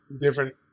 different